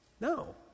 No